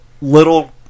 little